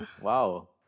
wow